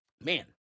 man